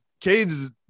Cade's